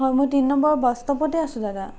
হয় মই তিনি নম্বৰ বাছ ষ্ট'পতে আছোঁ দাদা